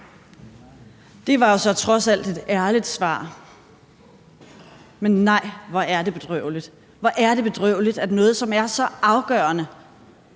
Det var jo så trods alt et ærligt svar. Men nej, hvor er det bedrøveligt. Hvor er det bedrøveligt, at noget, som er så afgørende